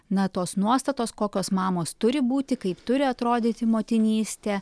na tos nuostatos kokios mamos turi būti kaip turi atrodyti motinystė